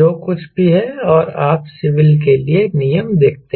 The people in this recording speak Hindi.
जो कुछ भी है और आप सिविल के लिए नियम देखते हैं